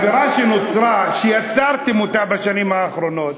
האווירה שנוצרה, שיצרתם אותה בשנים האחרונות,